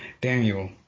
Daniel